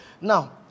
Now